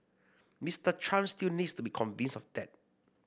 Mister Trump still needs to be convinced of that